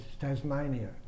Tasmania